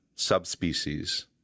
subspecies